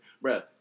Bro